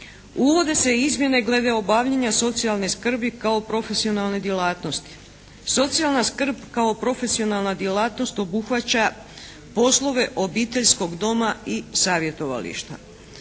Uvode se i izmjene glede obavljanja socijalne skrbi kao profesionalne djelatnosti. Socijalna skrb kao profesionalna djelatnost obuhvaća poslove obiteljskog doma i savjetovališta.